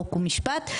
חוק ומשפט.